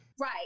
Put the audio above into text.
Right